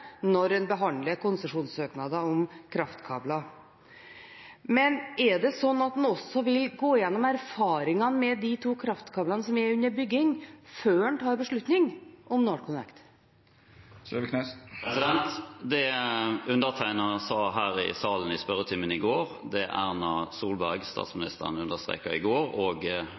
når en behandler konsesjonssøknader om kraftkabler. Men er det slik at en også vil gå gjennom erfaringene med de to kraftkablene som er under bygging, før en tar en beslutning om NorthConnect? Det undertegnede sa her i salen i spørretimen i går, og det Erna Solberg, statsministeren, understreket i salen her i går og